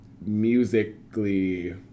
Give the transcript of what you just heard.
musically